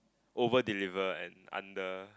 over deliver and under